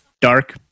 dark